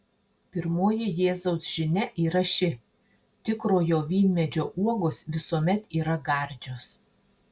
pirmoji jėzaus žinia yra ši tikrojo vynmedžio uogos visuomet yra gardžios